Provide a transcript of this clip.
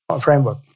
framework